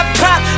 pop